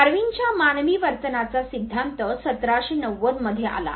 डार्विनच्या मानवी वर्तनाचा सिद्धांत 1790 मध्ये आला